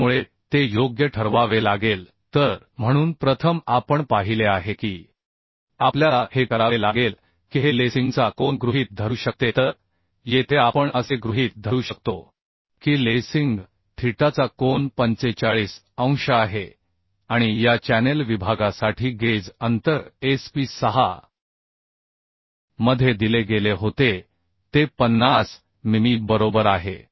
त्यामुळे ते योग्य ठरवावे लागेल तर म्हणून प्रथम आपण पाहिले आहे की आपल्याला हे करावे लागेल की हे लेसिंगचा कोन गृहीत धरू शकते तर येथे आपण असे गृहीत धरू शकतो की लेसिंग थीटाचा कोन 45 अंश आहे आणि या चॅनेल विभागासाठी गेज अंतर SP6 मध्ये दिले गेले होते ते 50 मिमी बरोबर आहे